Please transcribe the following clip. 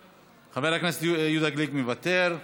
מוותר.